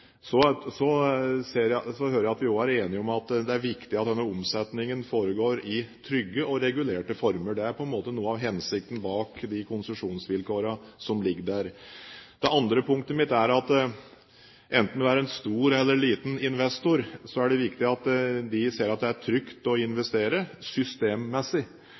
Så hører jeg at vi også er enige om at det er viktig at denne omsetningen foregår i trygge og regulerte former. Det er på en måte noe av hensikten bak de konsesjonsvilkårene som ligger der. Det andre punktet mitt er at enten en er en stor eller liten investor, er det viktig at en ser at det er trygt å investere – systemmessig.